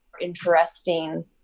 interesting